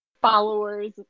followers